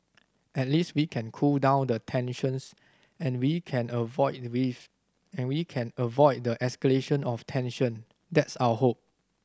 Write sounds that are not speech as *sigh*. at least we can cool down the tensions and we can avoid the *unintelligible* and we can avoid the escalation of tension that's our hope